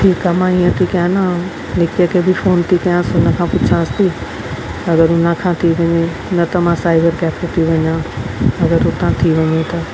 ठीकु आहे मां ईअं थी कयां न निकीअ खे बि फोन थी कंयासि उन खां पुछांसि थी अगरि उन खां थी वञे न त मां सईबर केफे थी वञां अगरि उतां थी वञे त